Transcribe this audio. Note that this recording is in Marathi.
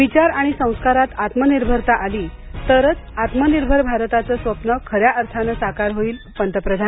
विचार आणि संस्कारात आत्मनिर्भरता आली तरच आत्मनिर्भर भारताचं स्वप्न खऱ्या अर्थानं साकार होईल पंतप्रधान